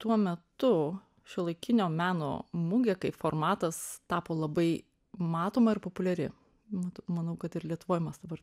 tuo metu šiuolaikinio meno mugė kaip formatas tapo labai matoma ir populiari mat manau kad ir lietuvoj mes dabar